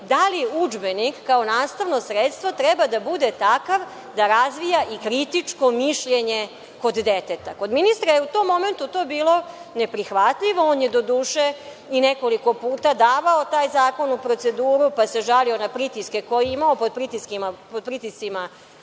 da li udžbenik kao nastavno sredstvo treba da bude takav da razvija i kritičko mišljenje kod deteta. Kod ministra je u tom momentu to bilo neprihvatljivo. On je, doduše, i nekoliko puta davao taj zakon u proceduru, pa se žalio na pritiske koje je imao, pod pritiscima